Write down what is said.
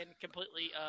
completely